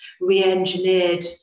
re-engineered